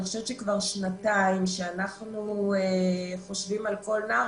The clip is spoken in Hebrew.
אני חושבת שכבר שנתיים שאנחנו חושבים על כל נער,